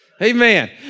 Amen